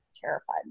terrified